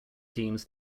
teams